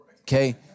okay